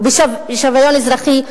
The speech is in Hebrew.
ובשוויון אזרחי,